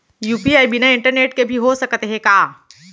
UPI बिना internet के भी हो सकत हे का?